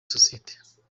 sosiyete